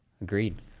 Agreed